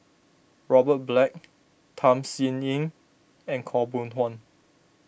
Robert Black Tham Sien Yen and Khaw Boon Wan